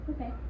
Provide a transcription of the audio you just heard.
okay